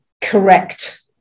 correct